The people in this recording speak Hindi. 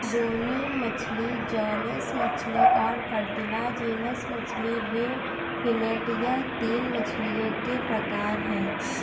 बोनी मछली जौलेस मछली और कार्टिलाजिनस मछली रे फिनेड यह तीन मछलियों के प्रकार है